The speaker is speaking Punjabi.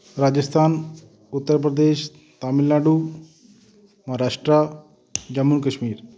ਰਾਜਸਥਾਨ ਉੱਤਰ ਪ੍ਰਦੇਸ਼ ਤਾਮਿਲਨਾਡੂ ਮਹਾਰਾਸ਼ਟਰ ਜੰਮੂ ਕਸ਼ਮੀਰ